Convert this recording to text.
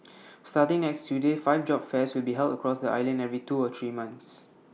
starting next Tuesday five job fairs will be held across the island every two or three months